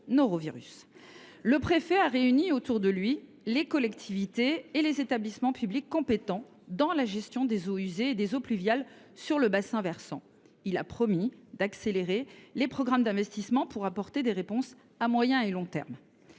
Le préfet a réuni autour de lui les collectivités et les établissements publics compétents dans la gestion des eaux usées et des eaux pluviales sur le bassin versant. Il a promis d’accélérer les programmes d’investissement pour apporter des réponses à moyen et long termes.